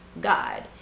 god